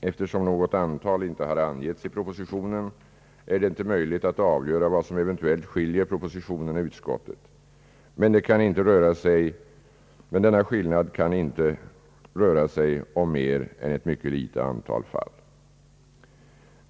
Eftersom något antal inte har angetts i propositionen, är det inte möjligt att avgöra vad som eventuellt skiljer propositionen och utskottet, men det kan inte röra sig om mer än ett mycket litet antal fall.